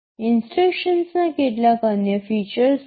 ઇન્સટ્રક્શનના કેટલાક અન્ય ફીચર્સ છે